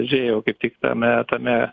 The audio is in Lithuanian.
žiūrėjau kaip tik tame tame